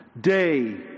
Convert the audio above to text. Day